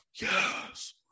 yes